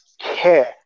care